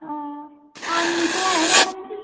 हां औन्नी ते हैं मैडम जी